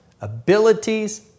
abilities